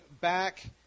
back